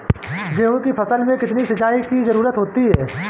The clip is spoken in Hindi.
गेहूँ की फसल में कितनी सिंचाई की जरूरत होती है?